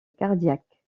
cardiaque